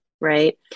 right